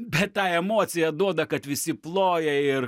bet tą emociją duoda kad visi ploja ir